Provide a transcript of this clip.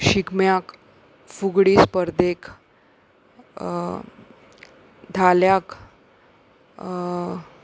शिगम्याक फुगडी स्पर्देक धाल्याक